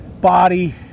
body